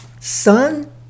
Son